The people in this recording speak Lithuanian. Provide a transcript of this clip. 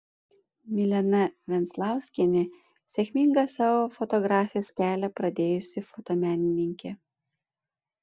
milena venclauskienė sėkmingą savo fotografės kelią pradėjusi fotomenininkė